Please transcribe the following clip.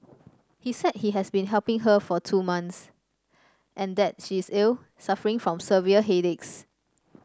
he said he has been helping her for two months and that she is ill suffering from severe headaches